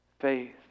faith